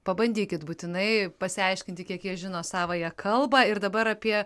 pabandykit būtinai išsiaiškinti kiek jie žino savąją kalbą ir dabar apie